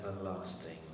everlasting